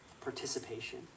participation